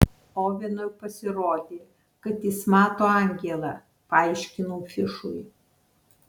ovenui pasirodė kad jis mato angelą paaiškinau fišui